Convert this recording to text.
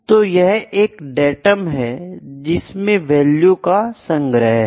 तो यह एक डेटम है जिसमें वैल्यू का संग्रह है